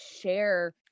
share